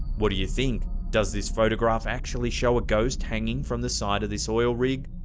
what do you think? does this photograph actually show a ghost hanging from the side of this oil rig?